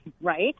Right